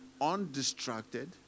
undistracted